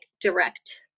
direct